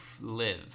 Live